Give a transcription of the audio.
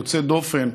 יוצא דופן,